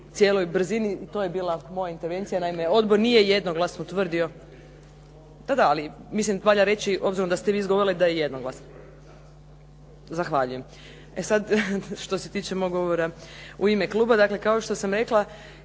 cijeloj brzini, to je bila moja intervencija, naime odbor nije jednoglasno utvrdio, mislim valja reći obzirom da ste vi izgovorili da je jednoglasno. Zahvaljujem. E sad, što se tiče mog govora u ime kluba, dakle kao što sam rekla,